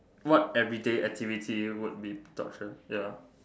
what everyday activity would be torture ya